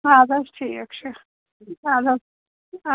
اَدٕ حظ ٹھیٖک چھُ اَدٕ حظ